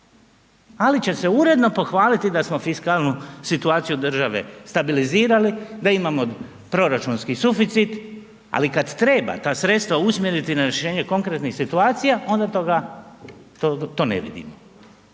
ali će se uredno pohvaliti da smo fiskalnu situaciju države stabilizirali, da imamo proračunski suficit, ali kad treba ta sredstva usmjeriti na rješenje konkretnih situacija, onda toga, to ne vidimo.